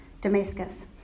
Damascus